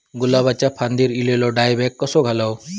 गुलाबाच्या फांदिर एलेलो डायबॅक कसो घालवं?